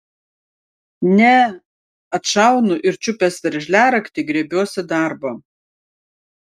ne atšaunu ir čiupęs veržliaraktį griebiuosi darbo